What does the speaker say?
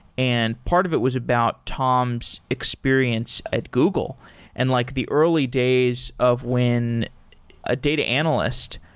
and part of it was about tom's experience at google and like the early days of when a data analyst,